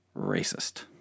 racist